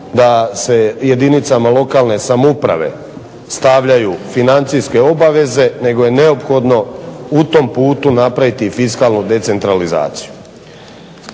da se jedinicama lokalne samouprave stavljaju financijske obaveze nego je u tom putu potrebno napraviti fiskalnu decentralizaciju.